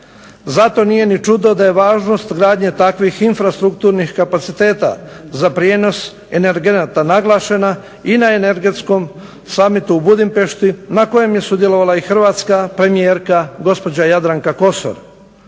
Zato nije ni čudno da je važnost gradnje takvih infrastrukturnih kapaciteta za prijenos energenata naglašena, i na energetskom summitu u Budimpešti, na kojem je sudjelovala i hrvatska premijerka gospođa Jadranka Kosor.